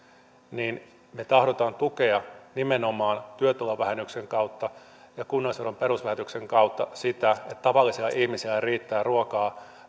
niin me tahdomme tukea nimenomaan työtulovähennyksen kautta ja kunnallisveron perusvähennyksen kautta sitä että tavallisilla ihmisillä riittää ruokaan